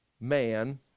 man